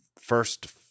first